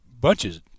bunches